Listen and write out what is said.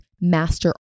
master